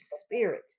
Spirit